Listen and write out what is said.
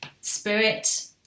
Spirit